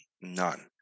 None